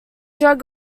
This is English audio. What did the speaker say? drug